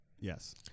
yes